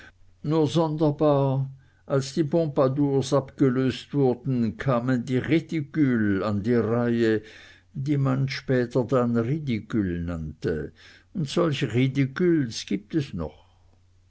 nur sonderbar als die pompadours abgelöst wurden kamen die reticules an die reihe die man dann später die ridicules nannte und solche ridicules gibt es noch